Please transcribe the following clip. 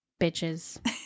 Bitches